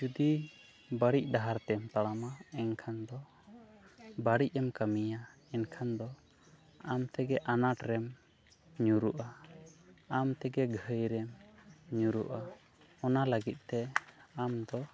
ᱡᱩᱫᱤ ᱵᱟᱹᱲᱤᱡ ᱰᱟᱦᱟᱛᱮᱢ ᱛᱟᱲᱟᱢᱟ ᱮᱱᱠᱷᱟᱱ ᱫᱚ ᱵᱟᱹᱲᱤᱡ ᱮᱢ ᱠᱟᱹᱢᱤᱭᱟ ᱮᱱᱠᱷᱟᱱ ᱫᱚ ᱟᱢᱛᱮᱜᱮ ᱟᱱᱟᱴ ᱨᱮᱢ ᱧᱩᱨᱩᱜᱼᱟ ᱟᱢᱛᱮᱜᱮ ᱜᱷᱟᱹᱭᱨᱮᱢ ᱧᱩᱨᱩᱜᱼᱟ ᱚᱱᱟ ᱞᱟᱹᱜᱤᱫ ᱛᱮ ᱟᱢᱫᱚ